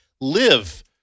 live